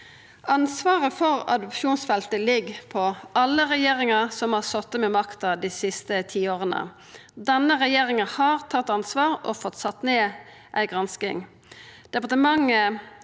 Ansvaret for adopsjonsfeltet ligg på alle regjeringar som har sete med makta dei siste tiåra. Denne regjeringa har tatt ansvar og fått sett ned ei gransking.